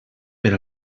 per